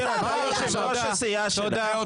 תודה.